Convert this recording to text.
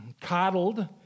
coddled